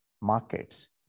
markets